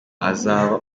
azaba